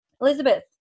Elizabeth